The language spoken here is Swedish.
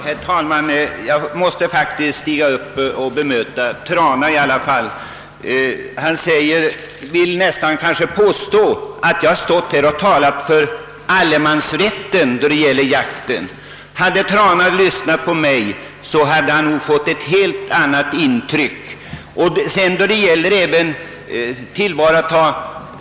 Herr talman! Jag måste faktiskt stiga upp i talarstolen för att bemöta herr Trana. Han förefaller vilja påstå att jag här har talat för allemansrätt när det gäller jakt. Hade herr Trana lyssnat på mig, hade han fått en helt annan uppfattning.